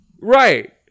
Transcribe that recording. Right